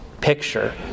picture